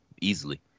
easily